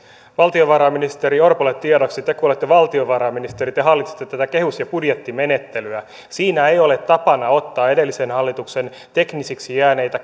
valtiovarainministeri orpolle tiedoksi te kun olette valtiovarainministeri te hallitsette kehys ja budjettimenettelyä siinä ei ole tapana ottaa edellisen hallituksen teknisiksi jääneitä